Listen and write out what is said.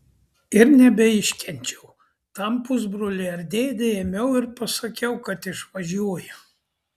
ir nebeiškenčiau tam pusbroliui ar dėdei ėmiau ir pasisakiau kad išvažiuoju